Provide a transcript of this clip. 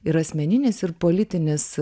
ir asmeninis ir politinis